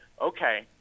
okay